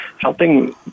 helping